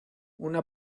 una